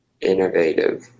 innovative